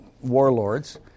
warlords